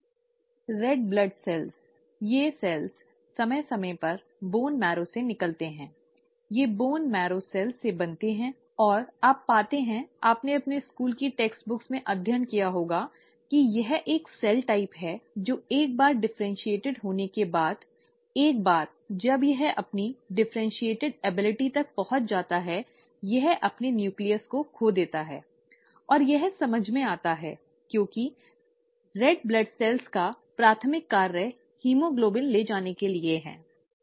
लाल रक्त कोशिकाएं ये कोशिकाएं समय समय पर बोन मैरो से निकलती हैं ये बोन मैरो कोशिकाओं से बनती हैं और आप पाते हैं आपने अपने स्कूल की पाठ्यपुस्तकों में अध्ययन किया होगा कि यह एक कोशिका प्रकार है जो एक बार डिफरेन्शीऐट हो जाने के बाद एक बार जब यह अपनी डिफरेन्शीऐट क्षमता तक पहुँच जाती है यह अपने न्यूक्लियस को खो देती है और यह समझ में आता है क्योंकि लाल रक्त कोशिकाओं का प्राथमिक कार्य हीमोग्लोबिन ले जाने के लिए है